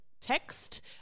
text